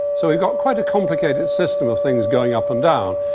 so we got quite a complicated system of things going up and down.